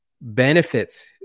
benefits